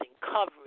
coverage